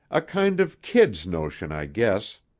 a kind of kid's notion, i guess,